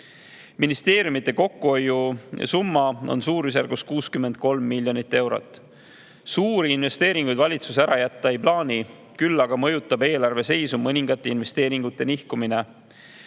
Ministeeriumide kokkuhoiusumma on suurusjärgus 63 miljonit eurot. Suuri investeeringuid valitsus ära jätta ei plaani, küll aga mõjutab eelarve seisu mõningate investeeringute nihkumine.